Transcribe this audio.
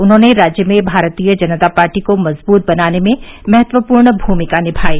उन्होंने राज्य में भारतीय जनता पार्टी को मजबूत बनाने में महत्वपूर्ण भूमिका निभायी